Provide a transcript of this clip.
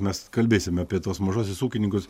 mes kalbėsime apie tuos mažuosius ūkininkus